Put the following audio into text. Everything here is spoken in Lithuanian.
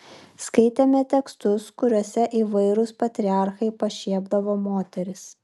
skaitėme tekstus kuriuose įvairūs patriarchai pašiepdavo moteris